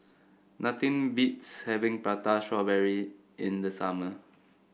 nothing beats having Prata Strawberry in the summer